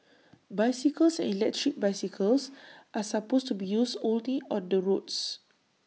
bicycles and electric bicycles are supposed to be used only on the roads